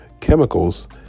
chemicals